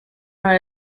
are